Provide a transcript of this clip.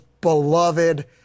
beloved